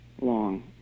long